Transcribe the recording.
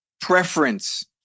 preference